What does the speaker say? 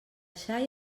xai